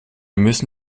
müssen